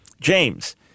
James